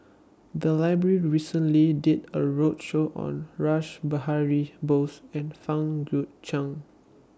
The Library recently did A roadshow on Rash Behari Bose and Fang Guixiang